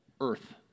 earth